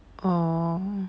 oh